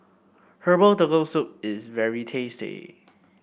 Herbal Turtle Soup is very tasty